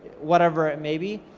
whatever it may be,